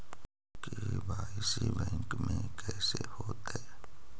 KYC bank में कैसे होतै?